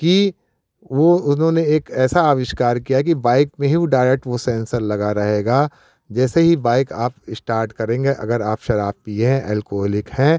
कि वह उन्होंने एक ऐसा आविष्कार किया है कि बाइक में ही वह डायरेक्ट वह सेन्सर लगा रहेगा जैसे ही बाइक आप श्टाट करेंगे अगर आप शराब पिए हैं एल्कोहलिक हैं